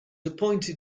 appointed